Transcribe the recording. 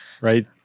right